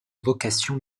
vocation